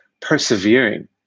persevering